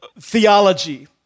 theology